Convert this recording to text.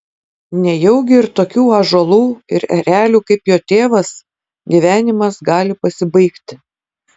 nejaugi ir tokių ąžuolų ir erelių kaip jo tėvas gyvenimas gali pasibaigti